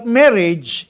marriage